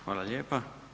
Hvala lijepa.